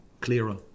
clearer